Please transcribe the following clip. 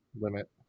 limit